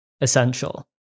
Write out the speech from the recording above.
essential